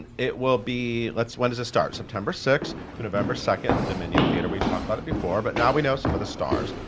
it will be lets when does it start? september six to november second at the dominion theater. we talked about it before, but now we know some of the stars.